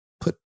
put